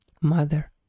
Mother